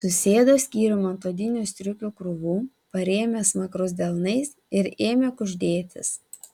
susėdo skyrium ant odinių striukių krūvų parėmė smakrus delnais ir ėmė kuždėtis